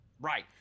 Right